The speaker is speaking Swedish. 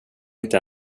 inte